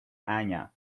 anya